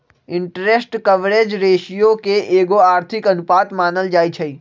interest coverage ratio के एगो आर्थिक अनुपात मानल जाइ छइ